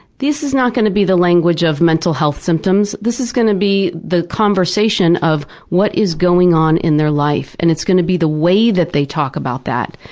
this is not going to be the language of mental health symptoms this is going to be the conversation of what is going on in their life, and it's going to be the way that they talk about that.